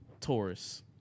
Taurus